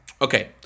Okay